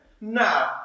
Now